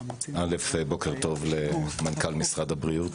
בוקר טוב למנכ"ל משרד הבריאות.